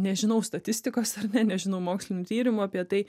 nežinau statistikos ar ne nežinau mokslinių tyrimų apie tai